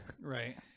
Right